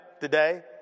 today